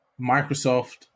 microsoft